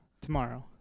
tomorrow